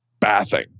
bathing